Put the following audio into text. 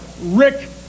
Rick